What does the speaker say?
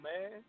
man